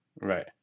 Right